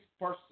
person